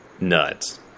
nuts